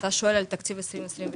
אתה שואל על תקציב 22'?